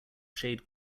shade